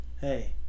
hey